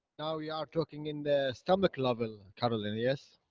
now we are talking in the stomach level caroline. yes?